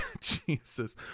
Jesus